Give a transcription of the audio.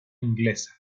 inglesa